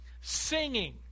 singing